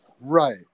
Right